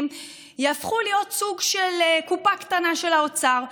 יהפכו להיות סוג של קופה קטנה של האוצר,